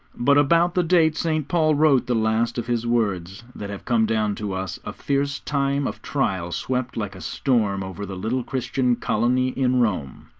but about the date st. paul wrote the last of his words that have come down to us, a fierce time of trial swept like a storm over the little christian colony in rome.